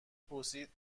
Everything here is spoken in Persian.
پرسید